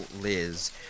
Liz